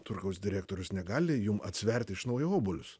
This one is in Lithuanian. turgaus direktorius negali jum atsiverti iš naujo obuolius